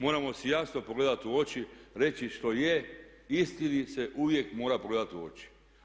Moramo si jasno pogledati u oči, reći što je, istini se uvijek mora pogledat u oči.